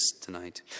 tonight